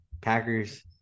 Packers